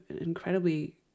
incredibly